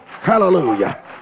Hallelujah